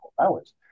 hours